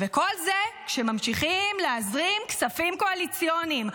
וכל זה כשממשיכים להזרים כספים קואליציוניים.